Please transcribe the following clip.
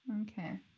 Okay